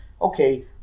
okay